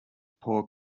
poor